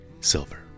silver